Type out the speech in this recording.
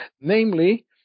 namely